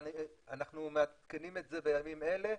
אנחנו מעדכנים את זה בימים אלה,